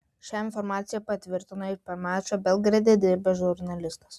šią informacija patvirtino ir per mačą belgrade dirbęs žurnalistas